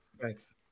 thanks